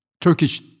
Turkish